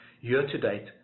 Year-to-date